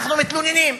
אנחנו מתלוננים,